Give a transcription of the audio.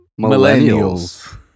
Millennials